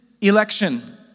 election